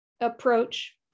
approach